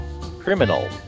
Criminal